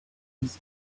his